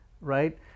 right